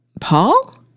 Paul